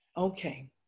Okay